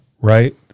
right